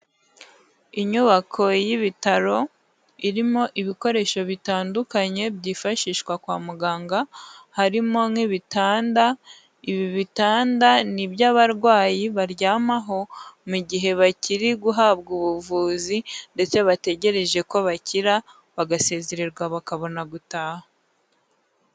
Inyubako y'ibitaro, irimo ibikoresho bitandukanye byifashishwa kwa muganga, harimo nk'ibitanda, ibi bitanda ni byo abarwayi baryamaho, mu gihe bakiri guhabwa ubuvuzi ndetse bategereje ko bakira bagasezererwa bakabona gutaha.